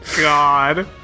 god